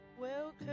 Welcome